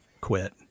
quit